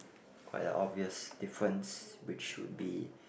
quite a obvious difference which should be